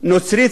נוצרית